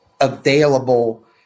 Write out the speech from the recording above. available